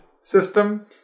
system